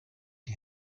die